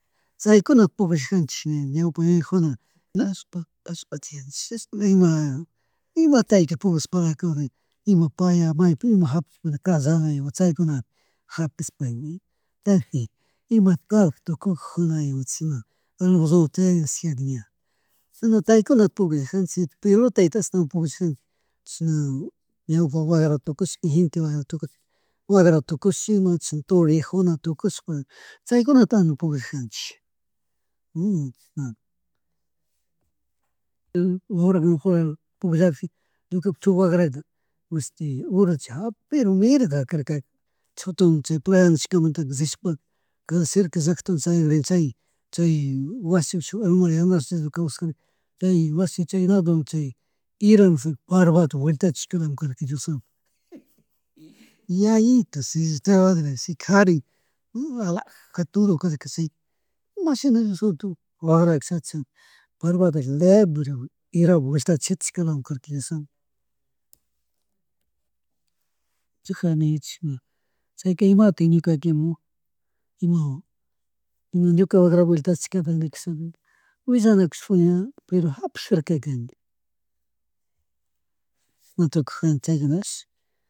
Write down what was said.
Chaykuna pullajanchik ña ñaupa yuyajuna allapata tiyashihpa chishna ima chayta pullashpala ima paya maypi ima hapishpa callaray ima chaykuna hapishpaka chay imatak trabajakuna tukukujuna chashan almollota chyak chay ña, china chaykunata pullayjanchik, pelotata ashtawan puyllajanchik chishna, ñawpa wabrata tukush, gente wagra tukush wagra tukus ima chishna toreajuna tukushpa chaykunata animal pullajanºchi. pullakujika ñukapak shuk wagrata mashti ura chay hapish pero mirga karka, chutun chay playa nishkamnta rishpaka kashi cerca llaktaman chayagrinchik chay chay wasipish shuk alma kawsajarka chay mashti chay ladonma chaya parbata wetachishkalami karak dios santo. Yayito señor chay wagrashi kari alaja toro carka chay imashina wagra kashachisha parbataka lebre shitashkalamikarka dios santo. Chi jani, chija chayka imatik ñukaka ima, ima ñuka wagraka vueltachijakangaka willanakush ña pero japijarkaka ña, chishna tukujarka chaylatashi.